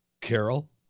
Carol